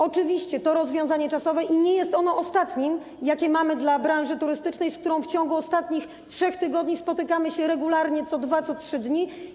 Oczywiście jest to rozwiązanie czasowe i nie jest ono ostatnim rozwiązaniem, jakie mamy dla branży turystycznej, z którą w ciągu ostatnich 3 tygodni spotykamy się regularnie co 2, 3 dni.